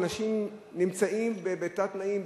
אנשים נמצאים בתת-תנאים,